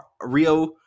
Rio